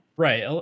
Right